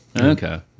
Okay